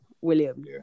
William